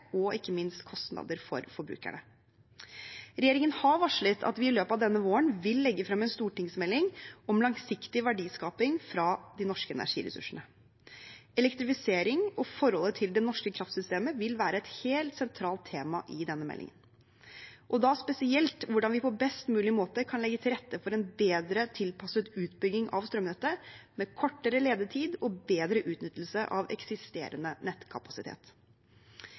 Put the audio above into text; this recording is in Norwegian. og ikke minst kostnader for forbrukerne. Regjeringen har varslet at vi i løpet av denne våren vil legge fram en stortingsmelding om langsiktig verdiskaping fra de norske energiressursene. Elektrifisering og forholdet til det norske kraftsystemet vil være et helt sentralt tema i denne meldingen, og da spesielt hvordan vi på best mulig måte kan legge til rette for en bedre tilpasset utbygging av strømnettet, med kortere levetid og bedre utnyttelse av eksisterende nettkapasitet.